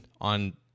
on